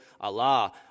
Allah